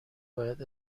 باید